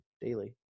daily